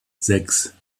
sechs